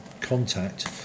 contact